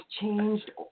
changed